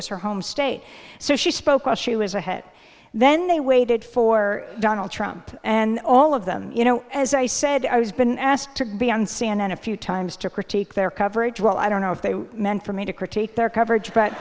was her home state so she spoke was she was a hit then they waited for donald trump and all of them you know as i said i was been asked to be on c n n a few times to critique their coverage well i don't know if they meant for me to critique their coverage but